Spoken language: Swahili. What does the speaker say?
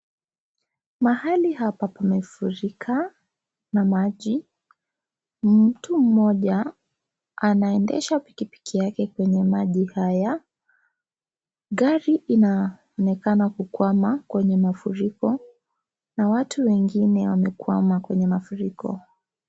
Mahali hapa pamefurika na maji, mtu mmoja anaendesha pikipiki yake kwenye maji haya, gari inaonekana kukwama kwenye mafuriko na watu wengine wamekwama kwenye mafuriko.